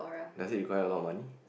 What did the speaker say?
does it require a lot of money